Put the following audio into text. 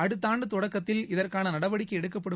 அடுத்த ஆண்டு தொடக்கத்தில் இதற்கான நடவடிக்கை எடுக்கப்படும்